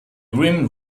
grim